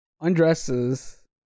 undresses